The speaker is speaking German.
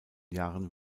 jahren